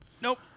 nope